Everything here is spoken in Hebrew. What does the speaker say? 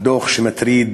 דוח מטריד,